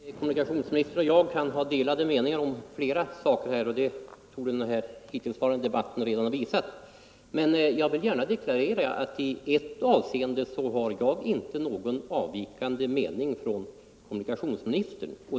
Herr talman! Kommunikationsministern och jag kan ha delade meningar om flera saker i detta sammanhang — det torde den hittillsvarande debatten ha visat. Men jag vill gärna deklarera att jag i ert avseende inte har någon annan mening än kommunikationsministern.